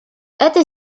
этой